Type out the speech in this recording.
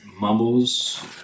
mumbles